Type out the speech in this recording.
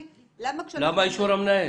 השאלה היא למה אישור המנהל.